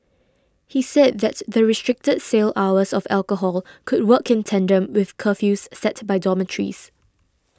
he said that the restricted sale hours of alcohol could work in tandem with curfews set by dormitories